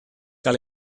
gael